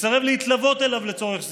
מסרב להתלוות אליו לצורך זיהוי,